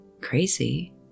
crazy